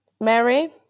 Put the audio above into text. Mary